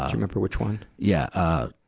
um remember which one? yeah, ah,